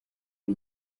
ari